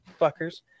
Fuckers